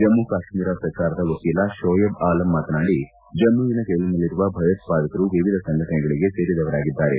ಜಮ್ನು ಕಾಶ್ಮೀರ ಸರ್ಕಾರದ ವಕೀಲ ಶೋಯಬ್ ಅಲಂ ಮಾತನಾಡಿ ಜಮ್ನುವಿನ ಜೈಲಿನಲ್ಲಿರುವ ಭಯೋತ್ಪಾದಕರು ವಿವಿಧ ಸಂಘಟನೆಗಳಗೆ ಸೇರಿದವರಾಗಿದ್ದಾರೆ